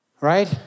Right